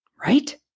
Right